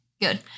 good